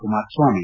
Kumara Swamy